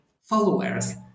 followers